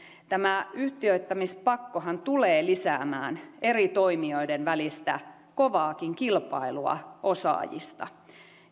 tämä yhtiöittämispakkohan tulee lisäämään eri toimijoiden välistä kovaakin kilpailua osaajista